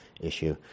issue